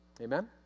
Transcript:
Amen